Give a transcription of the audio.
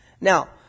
Now